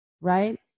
right